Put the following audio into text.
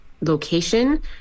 location